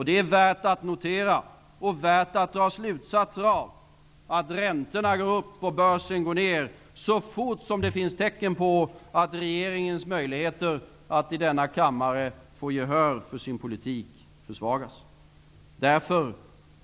Det är värt att notera, och värt att dra slutsatser av, att räntorna går upp och Börsen går ner så fort som det finns tecken på att regeringens möjligheter att i denna kammare få gehör för sin politik försvagas.